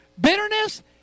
bitterness